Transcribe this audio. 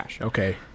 Okay